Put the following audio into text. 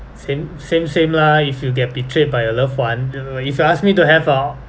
same same same lah if you get betrayed by your loved one if you ask me to have uh